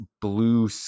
blue